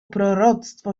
proroctwo